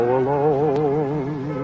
alone